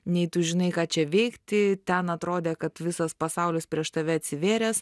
nei tu žinai ką čia veikti ten atrodė kad visas pasaulis prieš tave atsivėręs